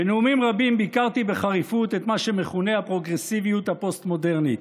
בנאומים רבים ביקרתי בחריפות את מה שמכונה הפרוגרסיביות הפוסט-מודרנית.